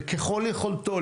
ככל יכולתו,